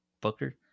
Booker